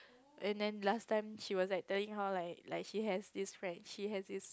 and then last time she was like telling how like like she has this friend she has this